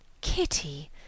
Kitty